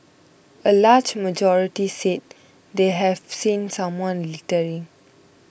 a large majority said they have seen someone littering